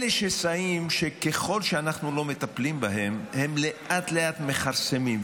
אלה שסעים שככל שאנחנו לא מטפלים בהם הם לאט-לאט מכרסמים.